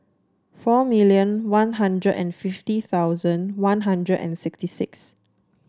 four million One Hundred and fifty thousand One Hundred and sixty six